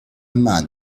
man